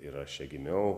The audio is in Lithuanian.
ir aš čia gimiau